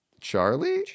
Charlie